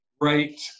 Great